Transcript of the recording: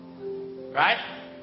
Right